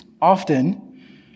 Often